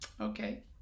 okay